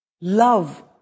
love